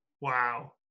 wow